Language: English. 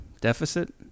Deficit